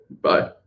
Bye